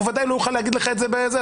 הוא ודאי לא יוכל להגיד לך את זה בזה.